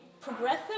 progressive